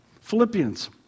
Philippians